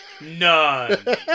None